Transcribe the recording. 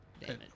damage